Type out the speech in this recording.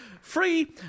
free